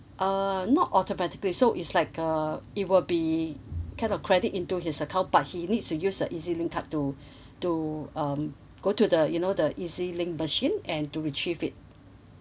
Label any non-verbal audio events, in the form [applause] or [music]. uh not automatically so is like uh it will be kind of credit into his account but he needs to use the ezlink card to [breath] to um go to the you know the ezlink machine and to retrieve it